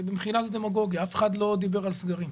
במחילה, זו דמגוגיה, אף אחד לא דיבר על סגרים.